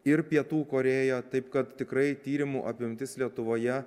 ir pietų korėją taip kad tikrai tyrimų apimtis lietuvoje